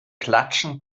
klatschen